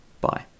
Bye